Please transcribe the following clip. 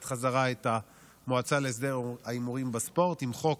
חזרה את המועצה להסדר ההימורים בספורט עם חוק